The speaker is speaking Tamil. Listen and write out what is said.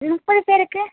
முப்பதுபேருக்கு